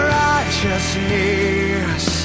righteousness